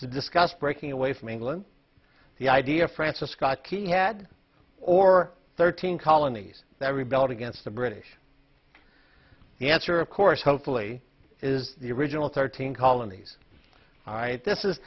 to discuss breaking away from england the idea francis scott key had or thirteen colonies that rebelled against the british the answer of course hopefully is the original thirteen colonies all right this is